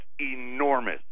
enormous